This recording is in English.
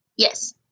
Yes